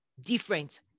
different